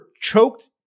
choked